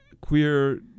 queer